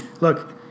look